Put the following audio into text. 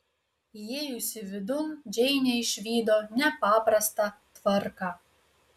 įėjusi vidun džeinė išvydo nepaprastą tvarką